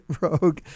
Rogue